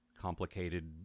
complicated